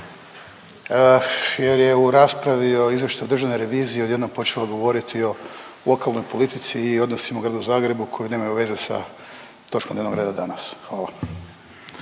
jer je u raspravi o izvješću o državnoj reviziji odjednom počela govoriti o lokalnoj politici i odnosima u Gradu Zagrebu koji nemaju veze sa točkom dnevnog reda danas, hvala.